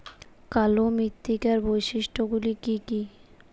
কালো মৃত্তিকার বৈশিষ্ট্য গুলি কি কি?